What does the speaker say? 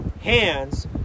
hands